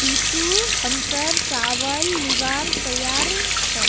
बितु हमसर चावल लीबार तैयार छ